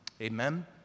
Amen